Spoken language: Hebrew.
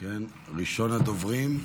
ראשון הדוברים,